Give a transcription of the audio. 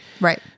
Right